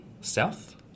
south